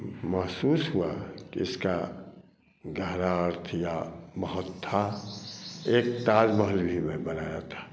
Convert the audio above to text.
महसूस हुआ कि इसका गहरा अर्थ या बहुत था एक ताज महल भी मैं बनाया था